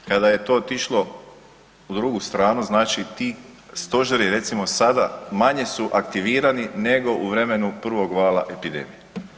Kada je to otišlo u drugu stranu znači ti stožeri recimo sada manje su aktivirani nego u vremenu prvog vala epidemije.